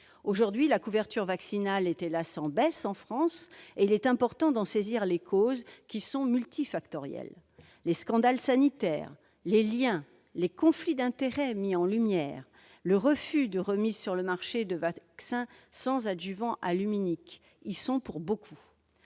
concitoyens. La couverture vaccinale est, hélas, en baisse en France, et il est important d'en appréhender les causes, qui sont multifactorielles. Les scandales sanitaires, les liens et conflits d'intérêts mis en lumière, le refus de remise sur le marché de vaccins sans adjuvants aluminiques y sont pour beaucoup.